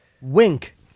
Wink